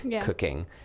cooking